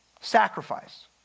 Sacrifice